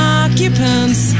occupants